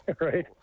right